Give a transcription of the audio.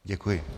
Děkuji.